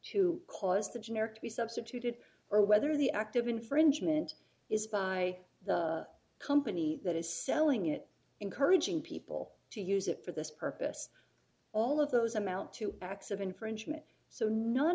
to cause the generic to be substituted or whether the active infringement is ready by the company that is selling it encouraging people to use it for this purpose all of those amount to acts of infringement so none